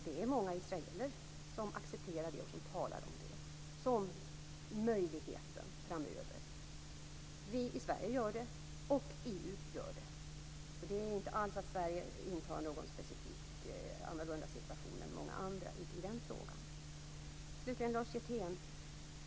Det är många israeler som accepterar och talar om det som en möjlighet framöver. Vi i Sverige gör det, och EU gör det. Sverige intar inte någon specifikt annorlunda ställning än andra i den frågan.